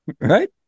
Right